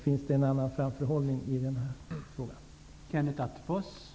Finns det en annan framförhållning i denna fråga?